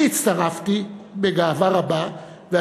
אני הצטרפתי בגאווה רבה לבג"ץ,